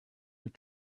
your